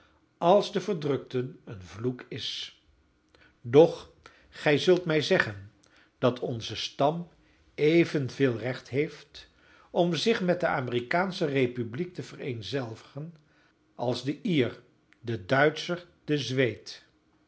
als de verdrukten een vloek is doch gij zult mij zeggen dat onze stam evenveel recht heeft om zich met de amerikaansche republiek te vereenzelvigen als de ier de duitscher de zweed